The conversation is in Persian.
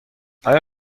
آیا